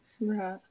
Right